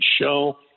Show